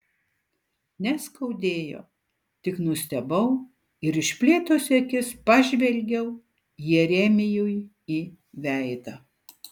neskaudėjo tik nustebau ir išplėtusi akis pažvelgiau jeremijui į veidą